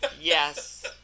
Yes